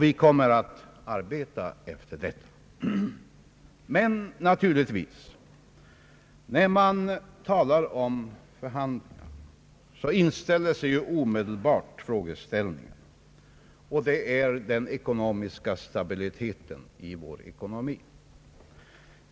Vi kommer att arbeta för detta, men när man kommer till förhandlingar inställer sig naturligtvis omedelbart frågan om den ekonomiska stabiliteten i vår ekonomi.